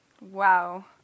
Wow